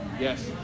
Yes